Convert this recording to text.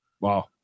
Wow